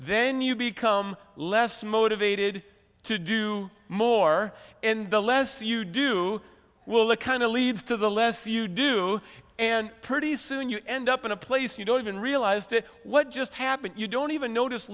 then you become less motivated to do more and the less you do well the kind of leads to the less you do and pretty soon you end up in a place you don't even realize that what just happened you don't even notice